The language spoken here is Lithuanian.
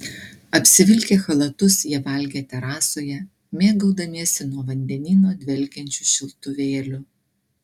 apsivilkę chalatus jie valgė terasoje mėgaudamiesi nuo vandenyno dvelkiančiu šiltu vėjeliu